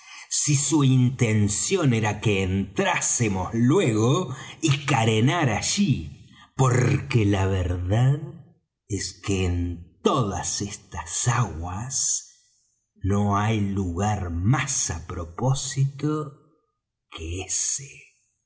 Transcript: si su intención era que entrásemos luego y carenar allí porque la verdad es que en todas estas aguas no hay lugar más á propósito que ese